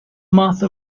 martha